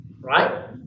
Right